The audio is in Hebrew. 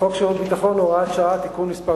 חוק שירות ביטחון (הוראת שעה) (תיקון מס'